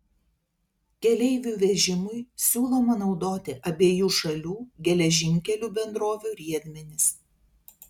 keleivių vežimui siūloma naudoti abiejų šalių geležinkelių bendrovių riedmenis